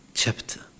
chapter